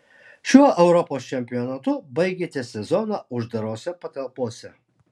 šiuo europos čempionatu baigėte sezoną uždarose patalpose